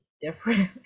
different